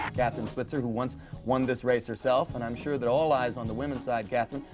katherine switzer, who once won this race herself. and i'm sure that all eyes on the women's side, katherine,